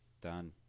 Done